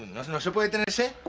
doesn't so but sit